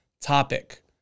topic